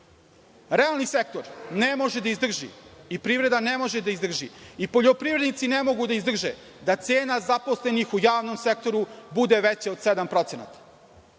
nema. Realni sektor ne može da izdrži i privreda ne može da izdrži, i poljoprivrednici ne mogu da izdrže da cena zaposlenih u javnom sektoru bude veća od 7%.